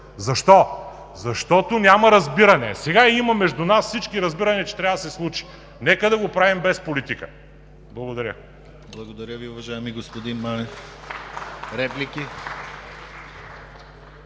Защо? Защото няма разбиране. Сега между нас всички има разбиране, че трябва да се случи. Нека да го правим без политика. Благодаря.